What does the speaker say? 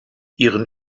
ihren